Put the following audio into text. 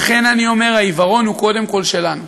ולכן אני אומר, העיוורון הוא קודם כול שלנו,